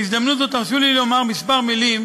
בהזדמנות זו, תרשו לי לומר כמה מילים